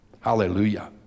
Hallelujah